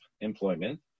employment